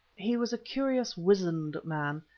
he was a curious wizened man,